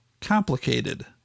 complicated